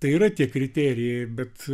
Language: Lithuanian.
tai yra tie kriterijai bet